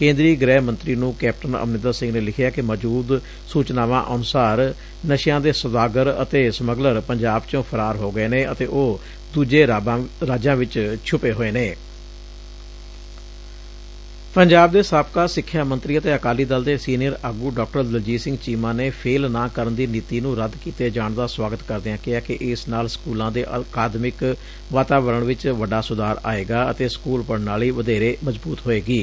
ਕੇਂਦਰੀ ਗੁਹਿ ਮੰਤਰੀ ਨੂੰ ਕੈਪਟਨ ਅਮਰਿੰਦਰ ਸਿੰਘ ਨੇ ਲਿਖਿਐ ਕਿ ਮੌਜੁਦ ਸੁਚਨਾਵਾਂ ਅਨੁਸਾਰ ਨਸ਼ਿਆਂ ਦੇ ਸੌਦਾਗਰ ਅਤੇ ਸਮੱਗਲਰ ਪੰਜਾਬ ਚੋ ਫਰਾਰ ਹੋ ਗਏ ਨੇ ਅਤੇ ਉਹ ਦੁਜੇ ਰਾਜਾ ਚ ਛੂਪੇ ਹੋਏ ਨੇ ਪੰਜਾਬ ਦੇ ਸਾਬਕਾ ਸਿੱਖਿਆ ਮੰਤਰੀ ਅਤੇ ਅਕਾਲੀ ਦਲ ਦੇ ਸੀਨੀਅਰ ਆਗੁ ਡਾਕਟਰ ਦਲਜੀਤ ਸਿੰਘ ਚੀਮਾ ਨੇ ਫੇਲ ਨਾ ਕਰਨ ਦੀ ਨੀਤੀ ਨੂੰ ਰੱਦ ਕੀਤੇ ਜਾਣ ਦਾ ਸਵਾਗਤ ਕਰਦਿਆਂ ਕਿਹੈ ਕਿ ਇਸ ਨਾਲ ਸਕਲਾਂ ਦੇ ਅਕਾਦਮਿਕ ਵਾਤਾਵਰਣ ਵਿਚ ਵੱਡਾ ਸੁਧਾਰ ਆਵੇਗਾ ਅਤੇ ਸਕੁਲ ਪ੍ਰਣਾਲੀ ਵਧੇਰੇ ਮਜ਼ਬੁਤ ਹੋਵੇਗੀ